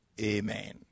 Amen